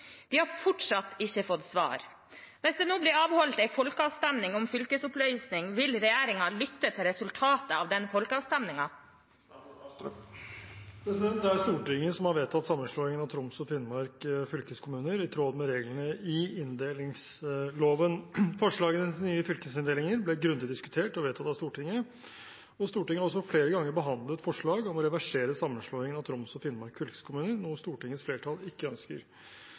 De har fortsatt ikke fått svar. Hvis det blir avholdt en folkeavstemning om fylkesoppløsning, vil regjeringen lytte til resultatet av den folkeavstemningen?» Det er Stortinget som har vedtatt sammenslåingen av Troms og Finnmark fylkeskommuner, i tråd med reglene i inndelingsloven. Forslagene til nye fylkesinndelinger ble grundig diskutert og vedtatt av Stortinget, og Stortinget har også flere ganger behandlet forslag om å reversere sammenslåingen av Troms og Finnmark fylkeskommune, noe Stortingets flertall ikke ønsker.